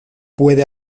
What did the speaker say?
puede